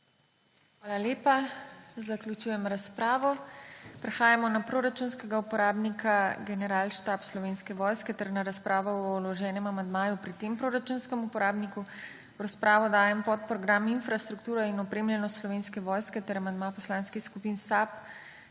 Hvala lepa. Zaključujem razpravo. Prehajamo na proračunskega uporabnika Generalštaba Slovenske vojske ter na razpravo o vloženem amandmaju pri tem proračunskem uporabniku. V razpravo dajem podprogram Infrastruktura in opremljenost Slovenske vojske ter amandma poslanskih skupini SAB,